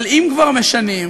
אבל אם כבר משנים,